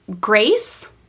Grace